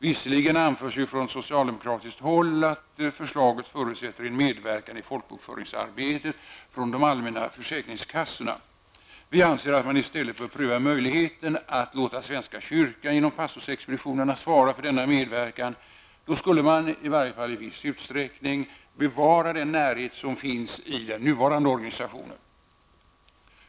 Visserligen anförs från socialdemokratiskt håll att förslaget förutsätter en medverkan i folkbokföringsarbetet från de allmänna försäkringskassorna. Vi anser att man i stället bör pröva möjligheten att låta svenska kyrkan genom pastorsexpeditionerna svara för denna medverkan. Då skulle man i varje fall i viss utsträckning bevara den närhet som finns i den nuvarande organisationen.